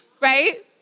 right